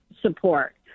support